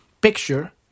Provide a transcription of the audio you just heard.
picture